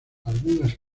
algunas